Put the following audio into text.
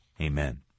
Amen